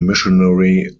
missionary